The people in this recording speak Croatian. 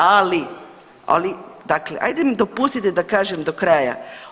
Ali, ali, dakle, ajde mi dopustite da kažem do kraja.